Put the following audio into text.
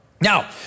Now